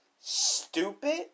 stupid